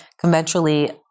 conventionally